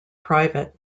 private